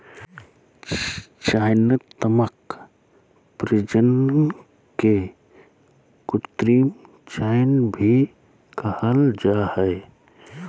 चयनात्मक प्रजनन के कृत्रिम चयन भी कहल जा हइ